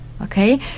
okay